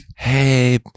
Hey